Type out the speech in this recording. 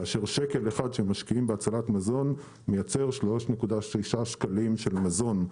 כאשר שקל אחד שמשקיעים בהצלת מזון מייצר 3.6 שקלים של מזון.